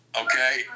Okay